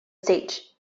stage